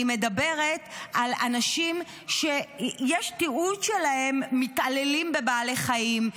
אני מדברת על אנשים שיש תיעוד שלהם מתעללים בבעלי חיים,